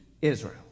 Israel